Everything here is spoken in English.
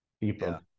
people